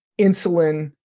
insulin